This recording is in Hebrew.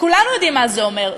כולנו יודעים מה זה אומר.